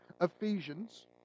Ephesians